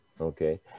okay